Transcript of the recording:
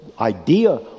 idea